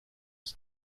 ist